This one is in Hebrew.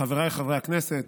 חבריי חברי הכנסת,